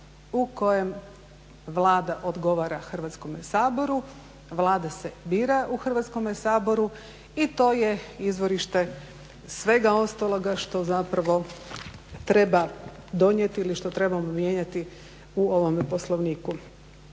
u kojem Vlada odgovara Hrvatskome saboru, Vlada se bira u Hrvatskome saboru i to je izvorište svega ostaloga što zapravo treba donijeti ili što trebamo mijenjati u ovome Poslovniku.